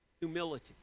Humility